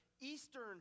Eastern